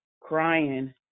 crying